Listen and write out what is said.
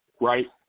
Right